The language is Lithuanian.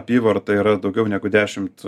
apyvarta yra daugiau negu dešimt